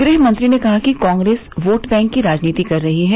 गृह मंत्री ने कहा कि कांग्रेस वोट बैंक की राजनीति कर रही है